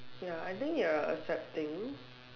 ya I think you're accepting